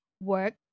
work